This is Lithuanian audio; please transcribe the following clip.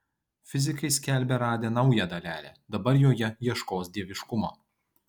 fizikai skelbia radę naują dalelę dabar joje ieškos dieviškumo